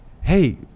hey